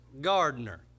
gardener